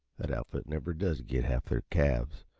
that outfit never does git half their calves.